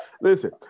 Listen